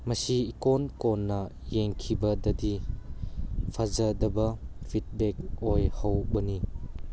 ꯃꯁꯤ ꯏꯀꯣꯟ ꯀꯣꯟꯅ ꯌꯦꯡꯈꯤꯕꯗꯗꯤ ꯐꯖꯗꯕ ꯐꯤꯠꯕꯦꯛ ꯑꯣꯏꯍꯧꯕꯅꯤ